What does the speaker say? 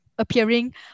appearing